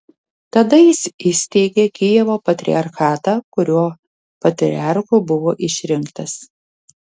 tada jis įsteigė kijevo patriarchatą kurio patriarchu buvo išrinktas